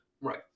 right